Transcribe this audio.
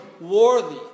worthy